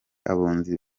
abunzi